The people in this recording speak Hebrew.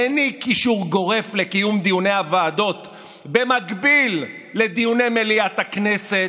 העניק אישור גורף לקיום דיוני הוועדות במקביל לדיוני מליאת הכנסת,